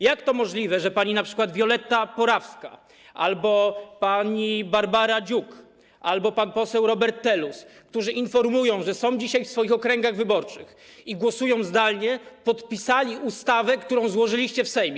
Jak to możliwe, że np. pani Violetta Porowska albo pani Barbara Dziuk, albo pan poseł Robert Telus, którzy informują, że są dzisiaj w swoich okręgach wyborczych i głosują zdalnie, podpisali projekt ustawy, który złożyliście w Sejmie?